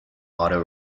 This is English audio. auto